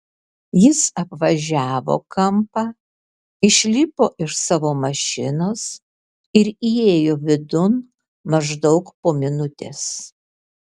jis apvažiavo kampą išlipo iš savo mašinos ir įėjo vidun maždaug po minutės